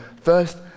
first